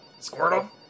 Squirtle